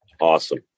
Awesome